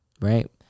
Right